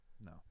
no